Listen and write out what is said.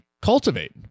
Cultivate